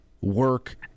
work